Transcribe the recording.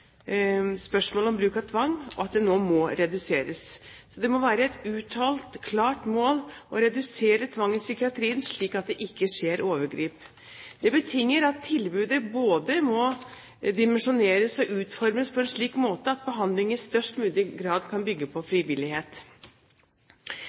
spørsmålet om bruk av tvang og at det nå må reduseres. Det må være et uttalt, klart mål å redusere tvang i psykiatrien, slik at det ikke skjer overgrep. Det betinger at tilbudet både må dimensjoneres og utformes på en slik måte at behandling i størst mulig grad kan bygge på